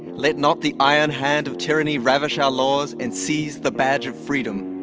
let not the iron hand of tyranny ravish our laws and seize the badge of freedom